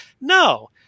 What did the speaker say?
No